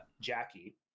jackie